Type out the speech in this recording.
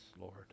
Lord